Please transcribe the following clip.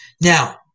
Now